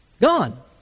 Gone